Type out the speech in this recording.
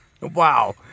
Wow